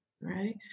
right